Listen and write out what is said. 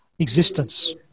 Existence